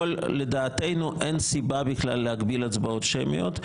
לדעתנו אין סיבה בכלל להגביל הצבעות שמיות.